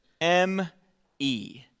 M-E